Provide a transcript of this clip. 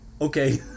okay